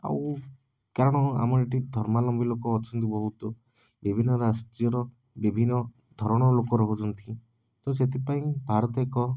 ଆଉ କାରଣ ଆମର ଏଠି ଧର୍ମାଲମ୍ବୀ ଲୋକ ଅଛନ୍ତି ବହୁତ ବିଭିନ୍ନ ରାଜ୍ୟର ବିଭିନ୍ନଧରଣର ଲୋକ ରହୁଛନ୍ତି ତ ସେଥିପାଇଁ ଭାରତ ଏକ